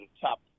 top